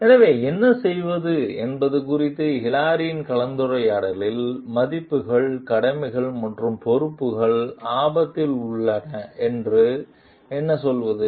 எனவே என்ன செய்வது என்பது குறித்து ஹிலாரியின் கலந்துரையாடலில் மதிப்புகள் கடமைகள் மற்றும் பொறுப்புகள் ஆபத்தில் உள்ளன என்று என்ன சொல்வது